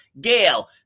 Gail